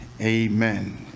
amen